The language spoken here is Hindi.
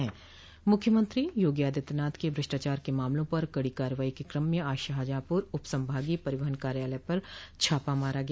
मुख्यमंत्री योगी आदित्यनाथ के भ्रष्टाचार के मामलों पर कड़ी कार्रवाई के क्रम में आज शाहजहांपुर उप संभागीय परिवहन कार्यालय पर छापा मारा गया